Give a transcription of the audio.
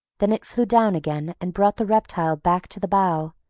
then it flew down again, and brought the reptile back to the bough,